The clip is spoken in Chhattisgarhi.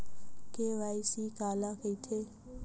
के.वाई.सी काला कइथे?